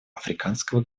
африканского